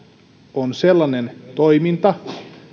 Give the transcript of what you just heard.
on sellainen toiminta